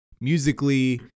musically